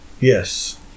yes